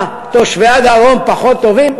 מה, תושבי הדרום פחות טובים?